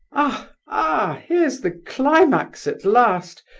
ah, ah! here's the climax at last,